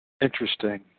interesting